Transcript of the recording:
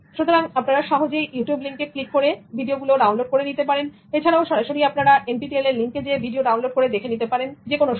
সুতরাং আপনারা সহজেই ইউটিউব লিংকে ক্লিক করে আপনারা ভিডিও গুলো ডাউনলোড করে নিতে পারেন এছাড়াও সরাসরি আপনারা NPTEL এর লিঙ্কে যেয়ে ভিডিও ডাউনলোড করে দেখে নিতে পারেন যেকোনো সময়ে